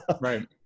Right